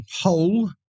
whole